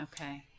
okay